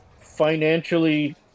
financially